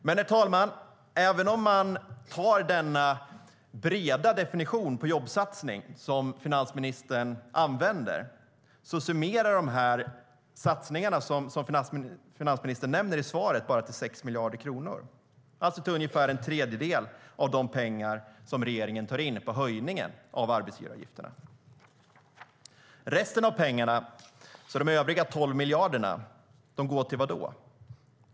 Men, herr talman, även med den breda definition av jobbsatsning som finansministern använder är summan av de här satsningarna bara 6 miljarder kronor, alltså ungefär en tredjedel av de pengar som regeringen tar in på höjningen av arbetsgivaravgifterna. Resten av pengarna, de övriga 12 miljarderna, går till vad då?